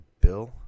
Bill